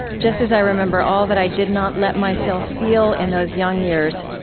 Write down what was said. just as i remember all that i did not let myself feel in those young years,